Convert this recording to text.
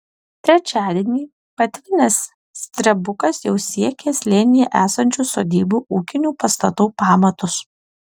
trečiadienį patvinęs strebukas jau siekė slėnyje esančių sodybų ūkinių pastatų pamatus